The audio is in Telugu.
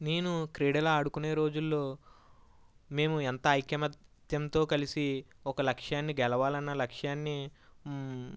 నేను క్రీడలు ఆడుకునే రోజుల్లో మేము ఎంత ఐకమత్యంతో కలిసి ఒక లక్ష్యాన్ని గెలవాలన్న లక్ష్యాన్ని